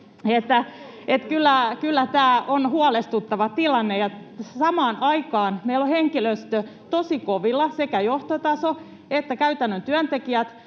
kyllä tämä on huolestuttava tilanne, ja samaan aikaan meillä on henkilöstö tosi kovilla, sekä johtotaso että käytännön työntekijät